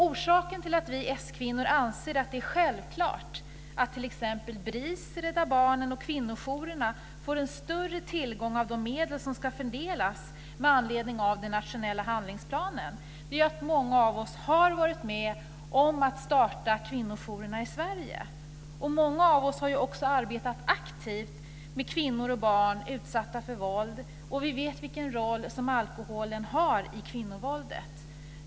Orsaken till att vi s-kvinnor anser att det är självklart att t.ex. BRIS, Rädda Barnen och kvinnojourerna får större tillgång till de medel som ska fördelas med anledning av den nationella handlingsplanen är att många av oss har varit med om att starta kvinnojourerna i Sverige. Många av oss har också arbetat aktivt med kvinnor och barn utsatta för våld, och vi vet vilken roll som alkoholen har i kvinnovåldet.